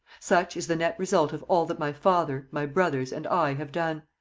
such is the net result of all that my father, my brothers, and i have done.